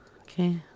Okay